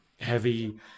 heavy